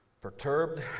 perturbed